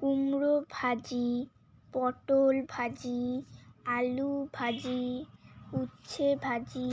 কুমড়ো ভাজি পটল ভাজি আলু ভাজি উচ্ছে ভাজি